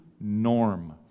norm